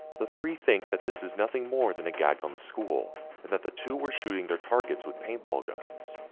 the three think that this is nothing more than a gag on the school and that the two were shooting their targets with paintball guns.